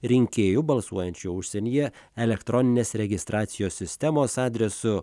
rinkėjų balsuojančių užsienyje elektroninės registracijos sistemos adresu